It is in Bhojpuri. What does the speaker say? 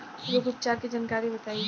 रोग उपचार के जानकारी बताई?